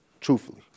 truthfully